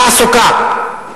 תעסוקה.